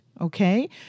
okay